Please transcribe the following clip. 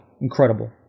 Incredible